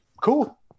cool